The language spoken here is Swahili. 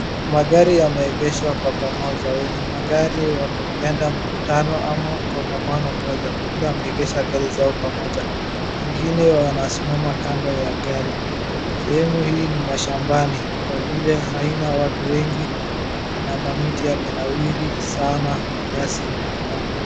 Magari yameegeshwa kwa pamoja. Wenye magari wameenda mkutano ama kongamano moja kwa vile wameegesha gari zao pamoja. Wengine wanasimama kando ya gari. Sehemu hii ni mashambani kwa vile hakuna watu wengi na mamiti yamenawiri sana na nyasi inaonekana.